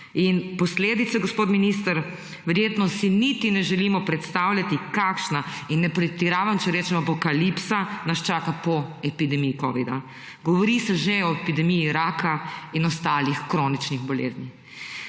In posledice, gospod minister? Verjetno si niti ne želimo predstavljati, kakšna – in ne pretiravam, če rečem tako – apokalipsa nas čaka po epidemiji covida. Govori se že o epidemiji raka in ostalih kroničnih bolezni.